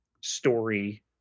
story